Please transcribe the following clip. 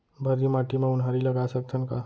भर्री माटी म उनहारी लगा सकथन का?